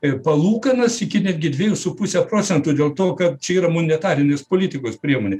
i palūkanas iki netgi dviejų su puse procentų dėl to kad čia yra monetarinės politikos priemonė